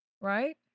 right